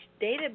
database